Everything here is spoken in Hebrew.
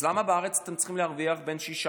אז למה בארץ אתן צריכות להרוויח 6%-7%?